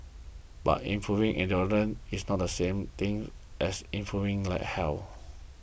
but improving endurance is not the same thing as improving health